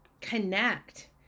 connect